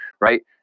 right